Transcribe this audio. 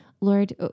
Lord